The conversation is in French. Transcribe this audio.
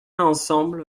ensemble